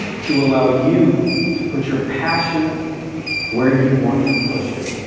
to allow you to put your passion where you want to push it.